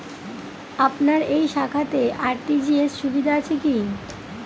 আপনার এই শাখাতে আর.টি.জি.এস সুবিধা আছে কি?